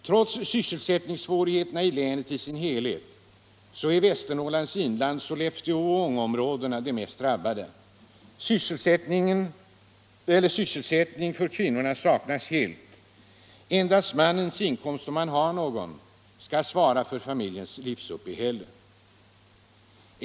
Trots sysselsättningssvårigheterna i länet i dess helhet är Västernorrlands inland — Sollefteå och Ångeområdena — de mest drabbade. Sysselsättning för kvinnorna saknas nästan helt. Endast mannens inkomst - om han har någon = skall svara för familjens livsuppehälle.